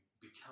become